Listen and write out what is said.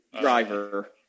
driver